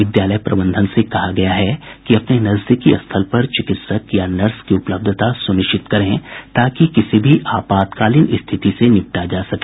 विद्यालय प्रबंधन से कहा गया है कि अपने नजदीकी स्थल पर चिकित्सक या नर्स की उपलब्धता सूनिश्चित करें ताकि किसी भी आपातकालीन स्थिति से निपटा जा सके